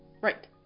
Right